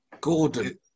Gordon